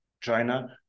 China